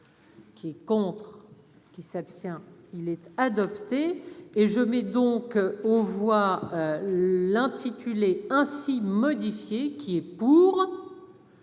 Qui est contre qui s'abstient, il était adopté, et je mets donc on voit l'intituler ainsi modifié, qui est pour.